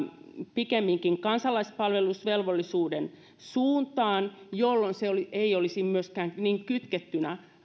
pikemminkin kansalaispalvelusvelvollisuuden suuntaan jolloin se ei olisi myöskään niin kytkettynä